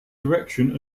direction